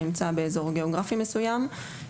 נמצא באזור גיאוגרפי מסוים,